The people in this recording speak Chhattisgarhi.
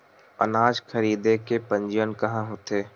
अनाज खरीदे के पंजीयन कहां होथे?